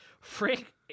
Frank